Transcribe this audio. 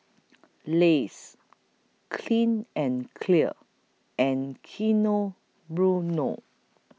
Lays Clean and Clear and Keynote Bueno